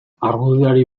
argudioari